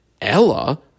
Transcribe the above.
Ella